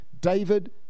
David